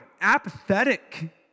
apathetic